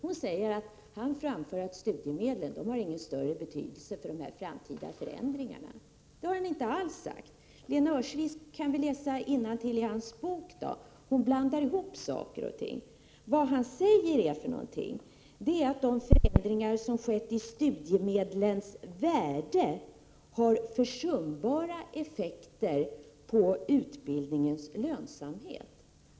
Hon påstår att han menar att studiemedlen inte har någon större betydelse för de framtida förändringarna. Det har han inte alls sagt. Lena Öhrsvik blandar ihop saker och ting, och hon borde i stället läsa innantill i hans bok. Vad han där säger är att de förändringar som har skett i studiemedlens värde har försumbara effekter på utbildningens lönsamhet.